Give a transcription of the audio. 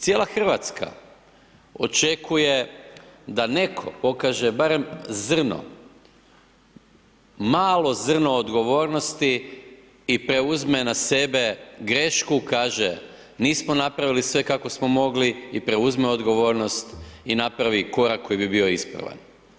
Cijela RH očekuje da netko pokaže barem zrno, malo zrno odgovornosti i preuzme na sebe grešku, kaže, nismo napravili sve kako smo mogli i preuzme odgovornost i napravi korak koji bi bio ispravan.